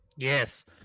Yes